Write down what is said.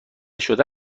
شده